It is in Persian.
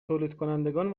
تولیدکنندگان